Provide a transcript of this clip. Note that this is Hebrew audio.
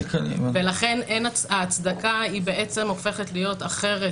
ולכן ההצדקה בעצם הופכת להיות אחרת,